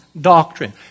doctrine